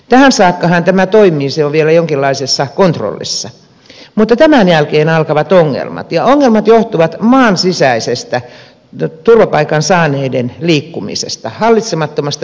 tähän saakkahan tämä toimii se on vielä jonkinlaisessa kontrollissa mutta tämän jälkeen alkavat ongelmat ja ongelmat johtuvat maan sisäisestä turvapaikan saaneiden liikkumisesta hallitsemattomasta liikkumisesta